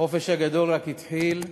החופש הגדול רק התחיל,